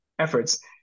Efforts